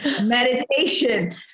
Meditation